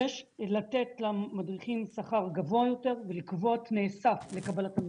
יש לתת למדריכים שכר גבוה יותר ולקבוע תנאי סף לקבלת המקצוע.